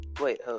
Wait